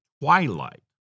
twilight